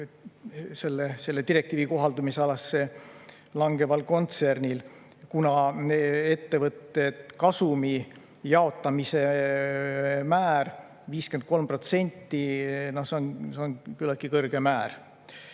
selle direktiivi kohaldumisalasse langeval kontsernil, kuna ettevõtte kasumi jaotamise määr 53% on küllaltki kõrge määr.